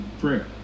prayer